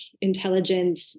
intelligent